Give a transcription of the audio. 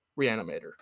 reanimator